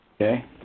Okay